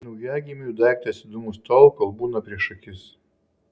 naujagimiui daiktas įdomus tol kol būna prieš akis